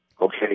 okay